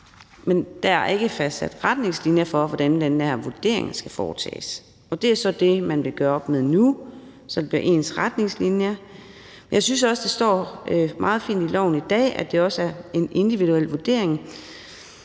men der er ikke fastsat retningslinjer for, hvordan den her vurdering skal foretages, og det er så det, man vil gøre op med nu, så der bliver ens retningslinjer. Men jeg synes også, det står meget fint i loven i dag, at det også er en individuel vurdering.